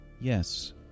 Yes